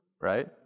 right